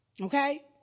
Okay